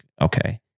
okay